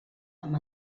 amb